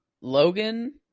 Logan